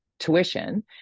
tuition